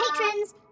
patrons